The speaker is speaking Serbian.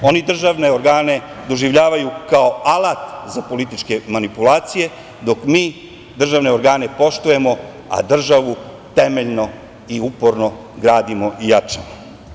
Oni državne organe doživljavaju kao alat za političke manipulacije, dok mi državne organe poštujemo a državu temeljno i uporno gradimo i jačamo.